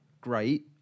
great